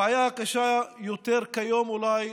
הבעיה הקשה יותר כיום היא אולי